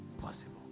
possible